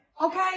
Okay